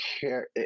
care